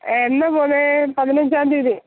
എന്നാണ് പോകുന്നത് പതിനഞ്ചാം തിയതി